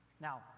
Now